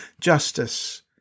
justice